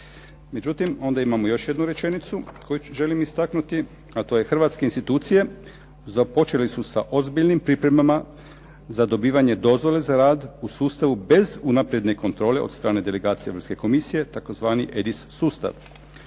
dobro. Onda imamo još jednu rečenicu koju želi istaknuti, a to je: "Hrvatske institucije započele su sa ozbiljnim pripremama za dobivanje dozvole za rad u sustavu bez unapredne kontrole od strane delegacije Europske komisije tzv. EDIS sustav.